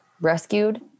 rescued